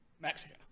Mexico